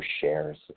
shares